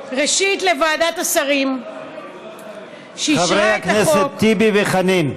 ראשית לוועדת השרים שאישרה את החוק,